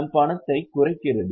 நம் பணத்தை குறைக்கிறது